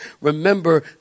Remember